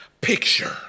picture